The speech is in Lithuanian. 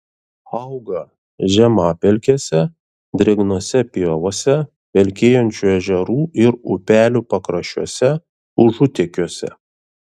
auga žemapelkėse drėgnose pievose pelkėjančių ežerų ir upelių pakraščiuose užutekiuose